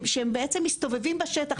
שהם בעצם מסתובבים בשטח,